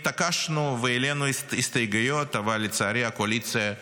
התעקשנו והעלינו הסתייגויות, אבל לצערי הקואליציה,